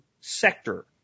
sector